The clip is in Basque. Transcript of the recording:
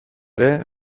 ere